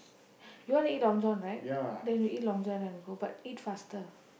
you wanna eat Long John right then you eat longer and go but eat faster